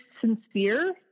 sincere